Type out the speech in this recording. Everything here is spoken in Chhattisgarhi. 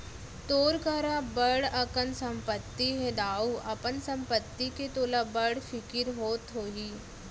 तोर करा बड़ अकन संपत्ति हे दाऊ, अपन संपत्ति के तोला बड़ फिकिर होत होही